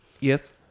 Yes